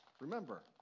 Remember